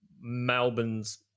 Melbourne's